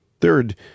Third